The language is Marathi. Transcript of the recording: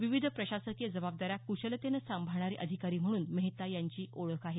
विविध प्रशासकीय जबाबदाऱ्या क्शलतेनं सांभाळणारे अधिकारी म्हणून मेहता यांची ओळख आहे